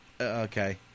Okay